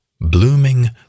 blooming